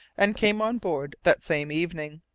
and came on board that same evening.